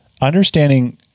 understanding